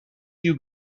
you